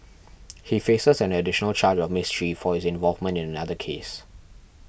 he faces an additional charge of mischief for his involvement in another case